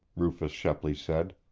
rufus shepley said.